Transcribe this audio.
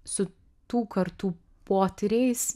su tų kartų potyriais